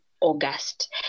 August